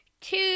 two